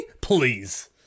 Please